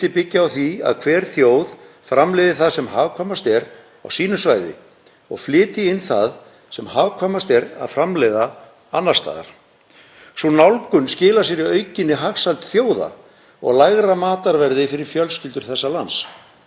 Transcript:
Sú nálgun skilar sér í aukinni hagsæld þjóða og lægra matarverði fyrir fjölskyldur þessa lands. Þótt stríð sé hafið í Evrópu hafa flutningar til Íslands ekki stöðvast. Þeir stöðvuðust heldur ekki í heimsfaraldrinum eða í seinni heimsstyrjöldinni.